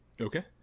okay